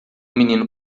menino